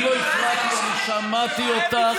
אני לא הפרעתי, אני שמעתי אותך.